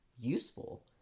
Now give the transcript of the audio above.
useful